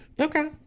Okay